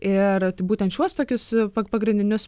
ir tai būtent šiuos tokius pag pagrindinius